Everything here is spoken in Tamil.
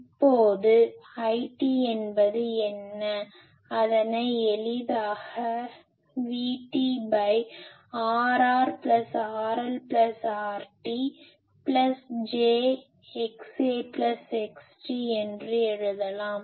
இப்போது IT என்பது என்ன அதனை எளிதாக VT Rr RL RT j XA XT என்று எழுதலாம்